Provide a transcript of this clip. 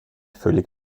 völlig